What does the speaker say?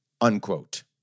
Unquote